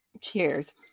Cheers